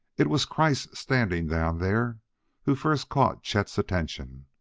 it was kreiss standing down there who first caught chet's attention.